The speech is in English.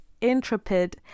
intrepid